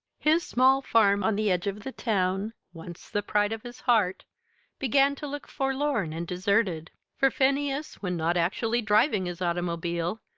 his small farm on the edge of the town once the pride of his heart began to look forlorn and deserted for phineas, when not actually driving his automobile,